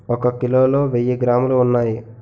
ఒక కిలోలో వెయ్యి గ్రాములు ఉన్నాయి